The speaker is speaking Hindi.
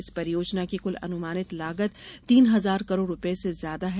इस परियोजना की कुल अनुमानित लागत तीन हजार करोड़ रुपये से ज्यादा है